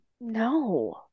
No